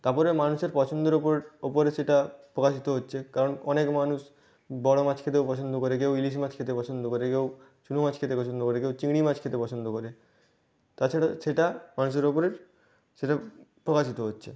তারপরে মানুষের পছন্দের ওপর ওপরে সেটা প্রকাশিত হচ্ছে কারণ অনেক মানুষ বড়ো মাছ খেতেও পছন্দ করে কেউ ইলিশ মাছ খেতে পছন্দ করে কেউ চুনো মাছ খেতে পছন্দ করে কেউ চিংড়ি মাছ খেতে পছন্দ করে তাছাড়া সেটা মানুষের ওপরে সেটা প্রকাশিত হচ্ছে